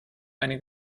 eine